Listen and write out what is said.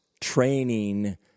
training